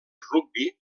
rugby